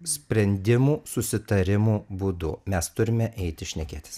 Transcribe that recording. sprendimų susitarimų būdu mes turime eiti šnekėtis